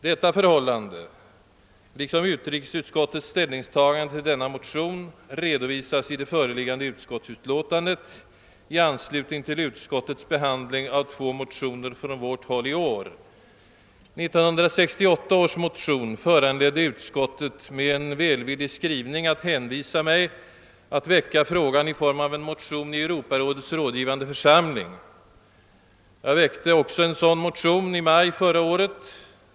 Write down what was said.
Detta förhållande liksom utrikesutskottets ställningstagande till denna motion redovisas i föreliggande utskottsutlåtande i anslutning till utskottets behandling av två motioner från vårt håll i år. 1968 års motion föranledde utskottet att med en välvillig skrivning hänvisa mig att väcka frågan i form av en motion i Europarådets rådgivande församling. Jag väckte också en sådan motion i maj förra året.